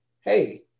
hey